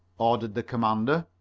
ordered the commander.